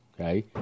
okay